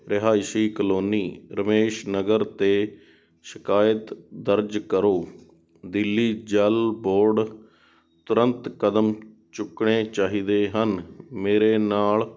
ਰਿਹਾਇਸ਼ੀ ਕਲੋਨੀ ਰਮੇਸ਼ ਨਗਰ 'ਤੇ ਸ਼ਿਕਾਇਤ ਦਰਜ ਕਰੋ ਦਿੱਲੀ ਜਲ ਬੋਰਡ ਤੁਰੰਤ ਕਦਮ ਚੁੱਕਣੇ ਚਾਹੀਦੇ ਹਨ ਮੇਰੇ ਨਾਲ